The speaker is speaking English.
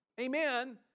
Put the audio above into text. amen